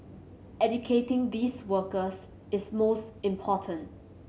educating these workers is most important